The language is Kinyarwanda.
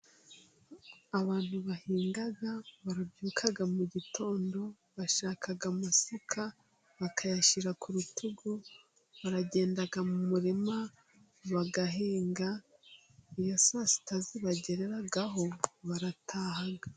Abantu bahinga, babyuka mu gitondo, bashaka amasuka bakayashyira ku rutugu, baragenda mu murima, bagahinga. Iyo sa sita zibagereyeho barataha.